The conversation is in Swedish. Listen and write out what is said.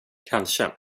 kanske